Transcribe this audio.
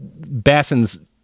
Basson's